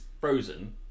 frozen